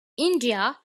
india